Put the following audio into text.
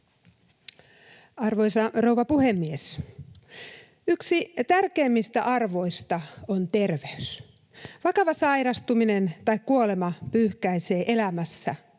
Arvoisa rouva puhemies! Yksi tärkeimmistä arvoista on terveys. Vakava sairastuminen tai kuolema pyyhkäisee elämässä